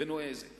ונועזת